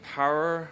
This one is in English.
power